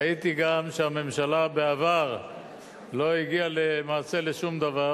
ראיתי גם שהממשלה בעבר לא הגיעה למעשה לשום דבר,